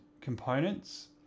components